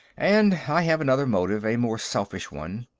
and i have another motive, a more selfish one.